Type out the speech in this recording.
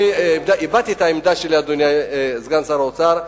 אני הבעתי את העמדה שלי, אדוני סגן שר האוצר.